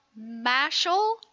Mashal